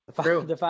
True